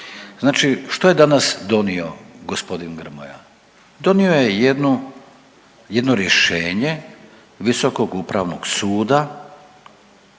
Znači što je danas donio g. Grmoja? Donio je jednu jedno rješenje visokog upravnog suda,